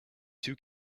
two